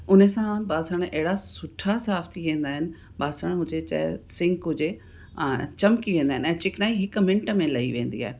उन सां बासण अहिड़ा सुठा साफ़ थी वेंदा आहिनि बासण हुजे चाहे सिंक हुजे ऐं चिमकी वेंदा आहिनि चिकनाई हिक मिंट में लही वेंदी आहे